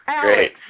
Great